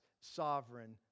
sovereign